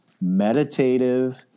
meditative